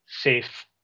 safe